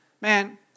Man